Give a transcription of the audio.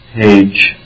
page